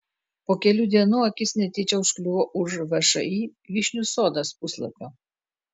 po kelių dienų akis netyčia užkliuvo už všį vyšnių sodas puslapio